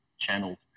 channels